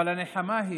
אבל הנחמה היא,